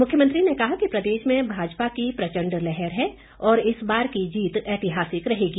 मुख्यमंत्री ने कहा कि प्रदेश में भाजपा की प्रचंड लहर है और इस बार की जीत ऐतिहासिक रहेगी